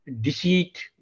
deceit